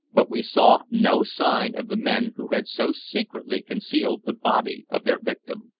but we saw no sign of the men who had so secretly concealed the body of their victim.